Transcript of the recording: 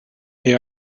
they